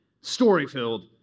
story-filled